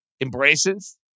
embraces